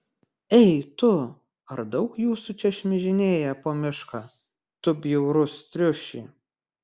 ei tu ar daug jūsų čia šmižinėja po mišką tu bjaurus triuši